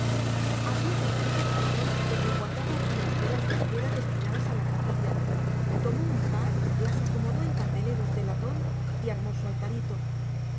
abrió después el cajón donde guardaba algunas velas de cera destinadas a la capilla tomó un par las acomodó en candeleros de latón y armó su altarito